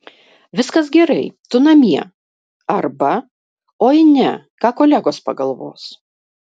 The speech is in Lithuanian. viskas gerai tu namie arba oi ne ką kolegos pagalvos